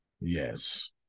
Yes